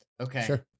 Okay